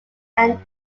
are